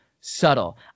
subtle